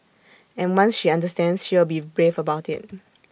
and once she understands she will be brave about IT